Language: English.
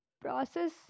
process